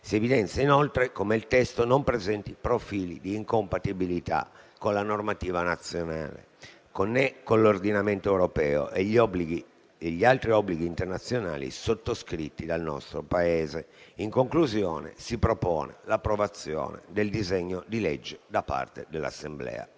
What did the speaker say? Si evidenzia inoltre come il testo non presenti profili di incompatibilità con la normativa nazionale né con l'ordinamento europeo né con gli altri obblighi internazionali sottoscritti dal nostro Paese. In conclusione, si propone l'approvazione del disegno di legge da parte dell'Assemblea